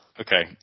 Okay